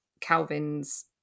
Calvin's